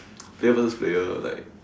player versus player like